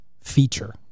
feature